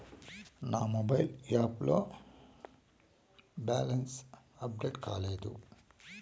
నా mobile app లో balance update కాలేదు